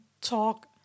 talk